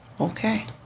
Okay